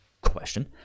question